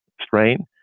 strain